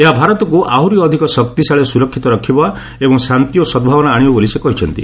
ଏହା ଭାରତକୁ ଆହୁରି ଅଧିକ ଶକ୍ତିଶାଳୀ ଓ ସୁରକ୍ଷିତ ରଖିବା ଏବଂ ଶାନ୍ତି ଓ ସଦ୍ଭାବନା ଆଶିବ ବୋଲି ସେ କହିଛନ୍ତି